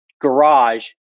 garage